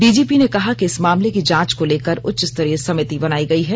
DGP ने कहा कि इस मामले की जांच को लेकर उच्च स्तरीय समिति बनायी गयी है